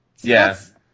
Yes